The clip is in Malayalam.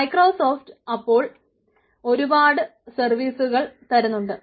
മൈക്രോസോഫ്റ്റ് അപ്പോൾ ഒരുപാട് സർവീസുകൾ തരുന്നുണ്ട്